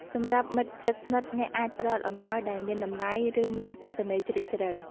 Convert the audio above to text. សម្រាប់មិត្តជិតស្និទ្ធ អ្នកអាចផ្តល់អំណោយដែលមានតម្លៃ ឬមានអត្ថន័យជ្រាលជ្រៅ។